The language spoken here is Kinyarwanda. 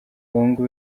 abahungu